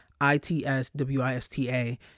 I-T-S-W-I-S-T-A